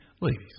Ladies